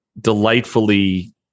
delightfully